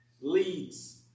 leads